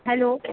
hello